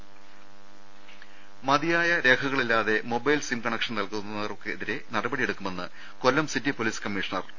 ദർവ്വെട്ടറ മതിയായ രേഖകളില്ലാതെ മൊബൈൽ സിം കണ്ക്ഷൻ നൽകുന്ന വർക്കെതിരെ നടപടിയെടുക്കുമെന്ന് Kollam city police commissioner P